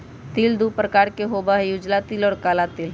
तिल दु प्रकार के होबा हई उजला तिल और काला तिल